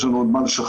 יש לנו עוד מה לשכלל.